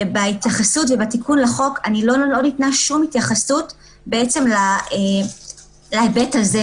בהתייחסות ובתיקון לחוק לא ניתנה שום התייחסות להיבט הזה,